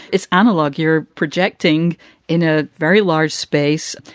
it's analogue. you're projecting in a very large space.